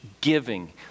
giving